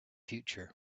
future